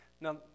Now